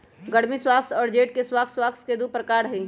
गर्मी स्क्वाश और जेड के स्क्वाश स्क्वाश के दु प्रकार हई